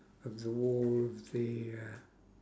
of the wall of the uh